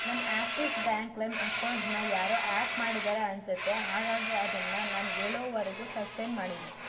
ನನ್ನ Axis Bank ಲೈಮ್ ಅಕೌಂಟನ್ನು ಯಾರೋ ಹ್ಯಾಕ್ ಮಾಡಿದ್ದಾರೆ ಅನಿಸತ್ತೆ ಹಾಗಾಗಿ ಅದನ್ನು ನಾನು ಹೇಳೋವರೆಗೂ ಸಸ್ಪೆಂಡ್ ಮಾಡಿರು